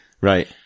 Right